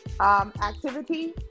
activity